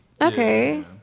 okay